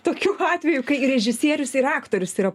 tokių atvejų kai režisierius ir aktorius yra